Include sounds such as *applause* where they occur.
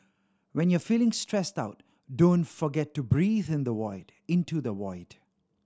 when you are feeling stressed out don't forget to breathe *unintelligible* into the void